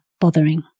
bothering